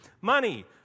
Money